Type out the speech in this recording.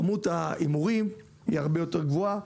כמות ההימורים הרבה יותר גבוהה,